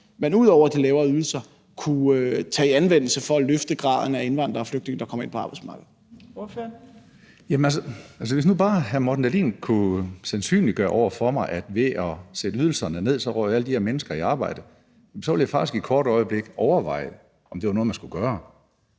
man ud over de lavere ydelser kunne tage i anvendelse for at løfte graden af indvandrere og flygtninge, der kommer ind på arbejdsmarkedet? Kl. 12:34 Fjerde næstformand (Trine Torp): Ordføreren. Kl. 12:34 Karsten Hønge (SF): Hvis nu bare hr. Morten Dahlin kunne sandsynliggøre over for mig, at hvis man satte ydelserne ned, røg alle de her mennesker i arbejde, ville jeg faktisk et kort øjeblik overveje, om det var noget, man skulle gøre.